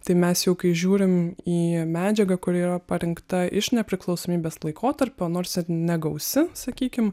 tai mes jau kai žiūrim į medžiagą kuri yra parinkta iš nepriklausomybės laikotarpio nors ir negausi sakykim